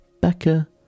Becca